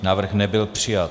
Návrh nebyl přijat.